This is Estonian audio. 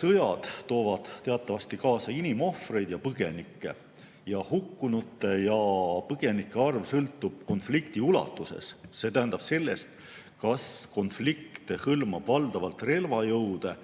sõjad toovad teatavasti kaasa inimohvreid ja põgenikke. Hukkunute ja põgenike arv sõltub konflikti ulatusest, see tähendab sellest, kas konflikt hõlmab valdavalt relvajõude